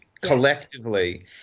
collectively